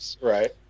Right